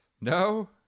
No